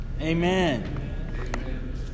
Amen